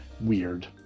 weird